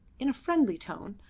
in a friendly tone,